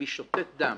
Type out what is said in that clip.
לבי שותת דם